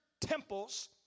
temples